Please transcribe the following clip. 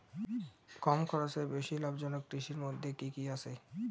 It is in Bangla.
কম খরচে বেশি লাভজনক কৃষির মইধ্যে কি কি আসে?